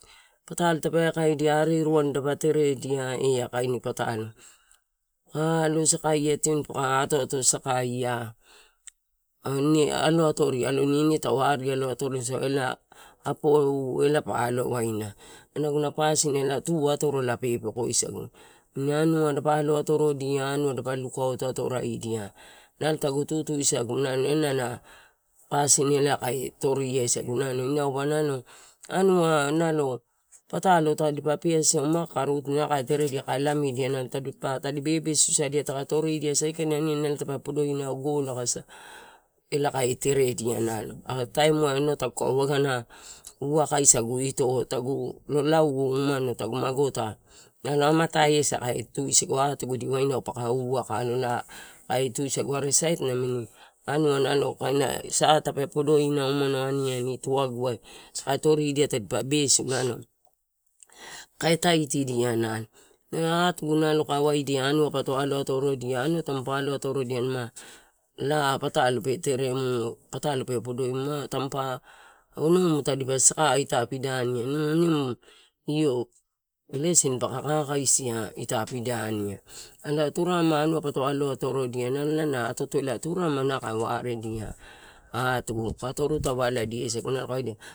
Patalo tape aikaedia ariruani dapa teredia, eaa kain patalo. Paka aio sakai tioni paka atoatosakaia, aloatoria alon ine tau ari atoroisau, elae apou elapa alowaina inau aguna pasin elae tu atorola pepekoisagu ini anua dapa aio atorodia anua dapa lukauto atorodia, nalo tagu tutusagu nalo elae na pasin elae kae torisagu, nalo inauba nalo anuaba patalo tadipa peasiau, makaka ruruti ma kae teredia, kae lamidia tadi bebe susadia, saikaini aniani ape podo inau, gola aka sa elae kae teredia. Aka taimuai inau taguka uaga uwakaisagu ito, tagulo lauou, umano, tagu lo magota, nalo amatai asa kae tu isigu atugu kasi atugu di waina paka uwaka, aloiai naio kae tusagu, are sait namini anua kaina, satape podo inau aniani, tuaguai takae toridia tadipa besunaio kae taitidia e atugu nalo kae waidia anua pa aio atorodia, anua tapa alo atorodia a lao, patoio pe tereremu, patalo pe podoimu ma tampa, onomu tape saka ita pidani ai, ma nimu io blesin paka kakaisia ita pidaniai elae turarema anua pato aloatorodia nalo elae na atoato kae waredia atugu kae toru tavaladia sagu nalo kae waidia.